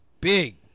big